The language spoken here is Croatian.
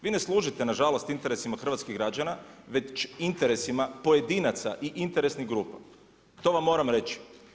Vi ne služite nažalost interesima hrvatskih građana, već interesima pojedinaca i interesnih grupa, to vam moram reći.